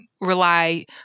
rely